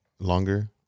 Longer